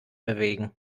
bewegen